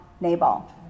Nabal